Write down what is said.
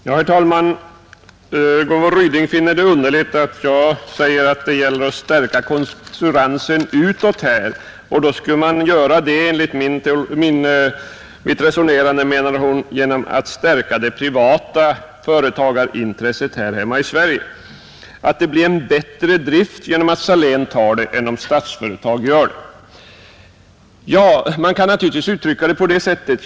Herr talman! Fru Ryding finner det underligt att jag säger att det gäller att stärka konkurrenskraften utåt. Hon menade att det enligt mitt resonemang skulle ske genom att stärka det privata företagarintresset här hemma i Sverige och att det skulle vara till fördel att driften i stället för av Statsföretag skötes av Salénrederierna. Man kan naturligtvis uttrycka det på det sättet.